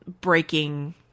breaking